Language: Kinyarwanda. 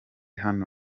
hano